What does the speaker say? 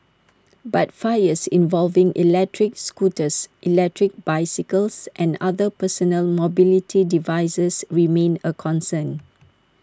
but fires involving electric scooters electric bicycles and other personal mobility devices remain A concern